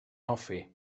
hoffi